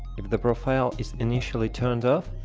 if the profile is initially turned off,